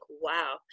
wow